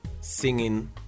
singing